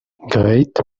grete